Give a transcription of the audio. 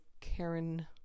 Karen